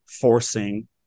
forcing